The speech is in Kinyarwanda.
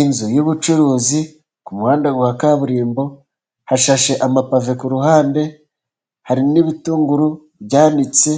Inzu y'ubucuruzi ku muhanda wa kaburimbo :hashashe amapave ku ruhande ,hari n'ibitunguru byanitse